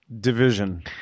Division